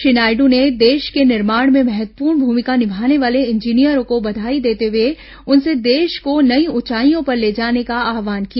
श्री नायडू ने देश के निर्माण में महत्वपूर्ण भूमिका निमाने वाले इंजीनियरों को बधाई देते हुए उनसे देश को नई ऊंचाईयों पर ले जाने का आह्वान किया